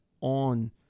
on